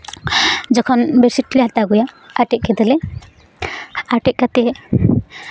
ᱡᱚᱠᱷᱚᱱ ᱵᱮᱰᱥᱤᱴ ᱞᱮ ᱦᱟᱛᱟᱣ ᱟᱜᱩᱭᱟ ᱟᱴᱮᱫ ᱠᱮᱫᱟᱞᱮ ᱟᱴᱮᱫ ᱠᱟᱛᱮ